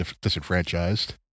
disenfranchised